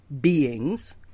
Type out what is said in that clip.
Beings